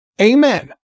Amen